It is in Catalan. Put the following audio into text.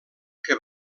que